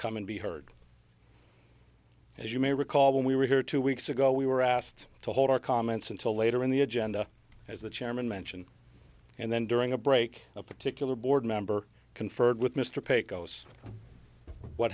come and be heard as you may recall when we were here two weeks ago we were asked to hold our comments until later in the agenda as the chairman mentioned and then during a break a particular board member conferred with mr pecos what